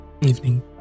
evening